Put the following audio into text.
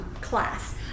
class